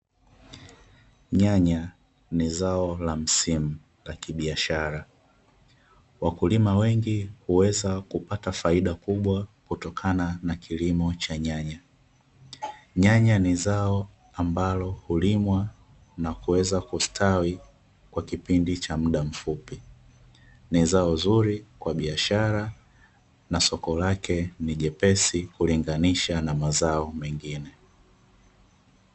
Nyanya ni zao la msimu la kibiashara, wakulima wengi huweza kupata faida kubwa kutokana na kilimo cha nyanya. Nyanya ni zao ambalo hulimwa na kuweza kustawi kwa kipindi cha muda mfupi. Ni zao zuri kwa biashara na soko lake ni jepesi, kulinganisha na mazao mengine.